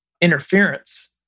interference